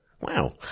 Wow